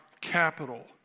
capital